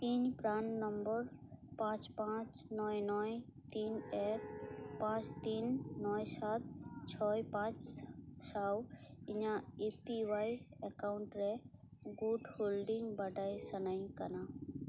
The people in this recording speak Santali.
ᱤᱧ ᱯᱨᱟᱱ ᱱᱚᱢᱵᱚᱨ ᱯᱟᱸᱪ ᱯᱟᱸᱪ ᱱᱚᱭ ᱱᱚᱭ ᱛᱤᱱ ᱮᱠ ᱯᱟᱸᱪ ᱛᱤᱱ ᱱᱚᱭ ᱥᱟᱛ ᱪᱷᱚᱭ ᱯᱟᱸᱪ ᱥᱟᱶ ᱤᱧᱟᱹᱜ ᱮ ᱯᱤ ᱳᱣᱟᱭ ᱮᱠᱟᱣᱩᱱᱴ ᱨᱮ ᱜᱩᱴ ᱦᱳᱞᱰᱤᱝ ᱵᱟᱰᱟᱭ ᱥᱟᱱᱟᱧ ᱠᱟᱱᱟ